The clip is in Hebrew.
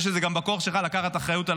אני חושב שזה גם בכוח שלך לקחת אחריות על